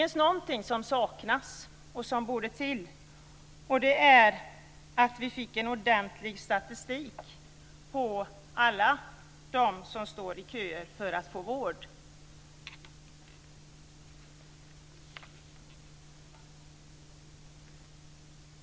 Någonting som saknas och som borde komma till stånd är en ordentlig statistik över alla dem som står i vårdköer.